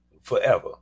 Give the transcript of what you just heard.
forever